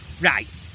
Right